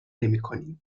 نمیکنیم